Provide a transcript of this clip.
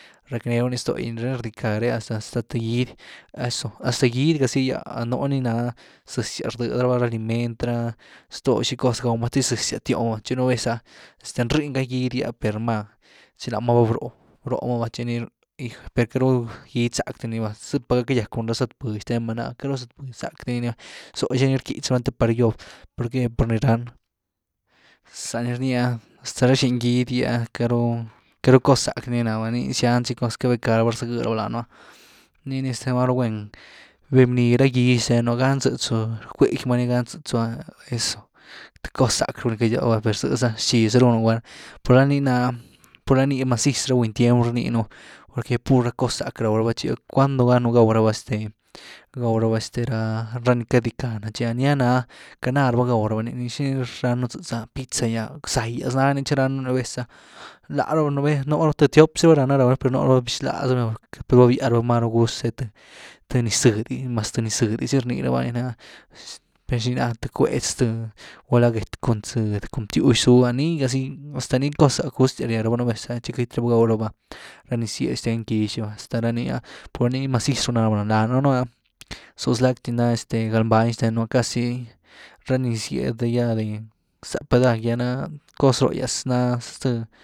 Rack nee runi stógy rhë rdicani hasta th gidy, eso hasta gidy ga’zy ah nuuni nare ah zëzyas rdëdy raba ra aliment ra, ztoo xi cos gaw ma te zëzyas tyoo ma tchi nú vez’ah, ndrëny gá gidy gi’ah per núma tchi láma ba bro’h- bro’h ma va. tchi ni, per queity rú gidy zack di ni, zëpa gá ckagýack cun ra zët budy xtenma, ná queity rú zët budy zack di ni’ah, zó xini rquitz raba lama te par gýob, ¿por qué?, por nii ran!, za ni rnia hasta rá xiny gidy gy’ah queity ru. queity rú cos zack di ni nama, npii zian zi cos cabecka raba cazagë raba danëennu, nii ni este máru gwen, bebnii ra gidy xtenu, gan-tzëtzu kwëky rama’ni, gan tzëtzu’ah, ¡eso!, th cos zack runi cagýawah per zëza xii zaru gúnu guand, pur la nii na, pur la nii maziz ru ra buny tiem, danunu rniinu, por que pur ra cos zack rawraba tchi cuando ganu gaw raba este- gaw raba este ra-ra nii cadi cá na, niclá na’ah queity naa raba gaw raba ni, xini ranu?, za pizza gy’ah, zaa’gyas naany tchi raanu a vez’ah lá raba nú raba th tiop zy raba raná rawni, per nuu raba rbixlaaz raba lani, per vabía raba máru gust tche th-th niz zëdy, mas th niz-zëdy zy rnii raba lan’ah, ¿per xinía?, th bcwetz th, gulá gét cun zëdy cun btywx zuuh’ah nii gazy, hasta nii cos zack, gustyas ree raba nú vez tchi queity raba gaw raba ra nii zyed xten gyx gy’va, hasta ra nii’ah, pur ranii maziz ru naaraba na, danëenu ah ¿zoo zlack’ty naa este galbany xtennu? Casi ra nii sied ya de zapa cos roh’gyas naa zth’.